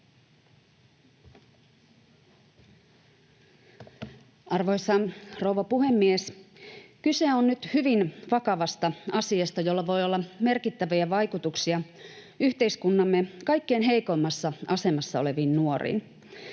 Arvoisa rouva puhemies! Kyse on nyt hyvin vakavasta asiasta, jolla voi olla merkittäviä vaikutuksia yhteiskuntamme kaikkein heikoimmassa asemassa oleviin nuoriin.